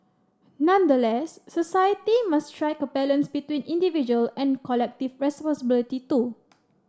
nonetheless society must strike a balance between individual and collective responsibility too